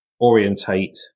orientate